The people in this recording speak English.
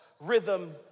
rhythm